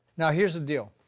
now here's the deal